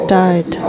died